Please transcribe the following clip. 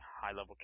high-level